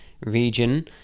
region